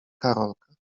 karolka